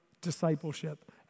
discipleship